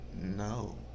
No